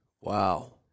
Wow